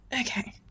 Okay